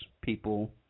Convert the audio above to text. people